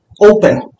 open